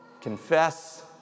confess